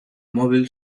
móvil